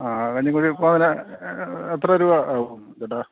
ആ കഞ്ഞിക്കുഴി പോവാൻ എത്ര രൂപ ആവും ചേട്ടാ